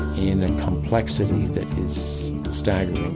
yeah and a complexity that is stacked